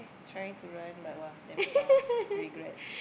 trying to run but !wah! damn far regrets